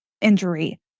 injury